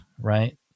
right